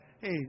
Hey